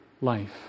life